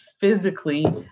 physically